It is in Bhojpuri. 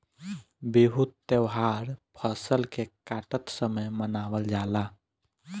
बिहू त्यौहार फसल के काटत समय मनावल जाला